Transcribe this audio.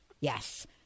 Yes